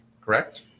correct